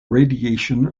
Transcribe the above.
radiation